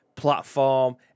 platform